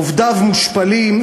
עובדיו מושפלים,